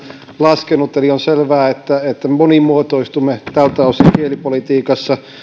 laskenut eli on selvää että monimuotoistumme tältä osin kielipolitiikassa